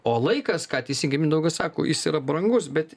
o laikas ką teisingai mindaugas sako jis yra brangus bet